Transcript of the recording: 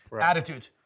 attitude